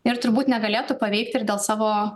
ir turbūt negalėtų paveikti ir dėl savo